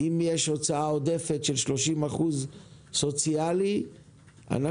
אם יש הוצאה עודפת של 30% סוציאלי אנחנו